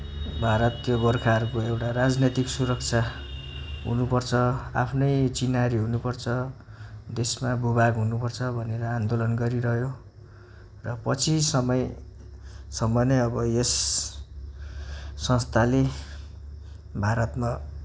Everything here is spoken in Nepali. भारतीय गोर्खाहरूको एउटा राजनैतिक सुरक्षा हुनुपर्छ आफ्नै चिह्नारी हुनुपर्छ देशमा भूभाग हुनुपर्छ भनेर आन्दोलन गरिरह्यो र पछि समयसम्म नै अब यस संस्थाले भारतमा